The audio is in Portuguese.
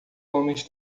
homens